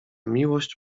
miłość